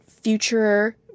future